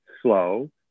slow